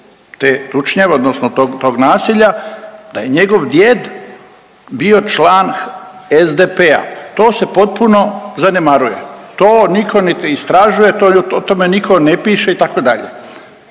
te tučnjave, odnosno tog nasilja da je njegov djed bio član SDP-a. To se potpuno zanemaruje. To nitko niti istražuje, o tome nitko ne piše itd.